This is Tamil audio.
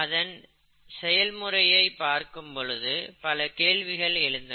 இதன் செய்முறையை பார்க்கும் பொழுது பல கேள்விகள் எழுந்தன